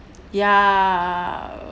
ya